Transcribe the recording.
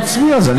ונצביע על זה.